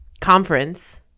conference